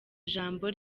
ijambo